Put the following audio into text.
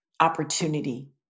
opportunity